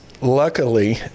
luckily